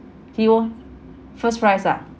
he won first prize ah